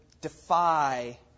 defy